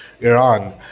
Iran